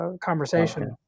conversation